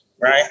right